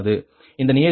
இந்த நியதி பிளஸ் 0